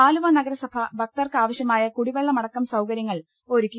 ആലുവ നഗരസഭ ഭക്തർക്ക് ആവശ്യമായ കുടിവെള്ളമടക്കം സൌകര്യങ്ങൾ ഒരുക്കി